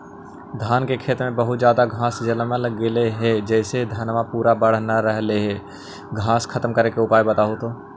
धान के खेत में बहुत ज्यादा घास जलमतइ गेले हे जेसे धनबा पुरा बढ़ न रहले हे घास खत्म करें के उपाय बताहु तो?